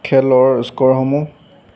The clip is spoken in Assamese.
খেলৰ স্ক'ৰসমূহ